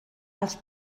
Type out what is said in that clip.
els